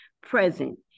present